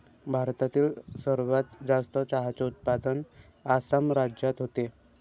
भारतातील सर्वात जास्त चहाचे उत्पादन आसाम राज्यात होते